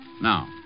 Now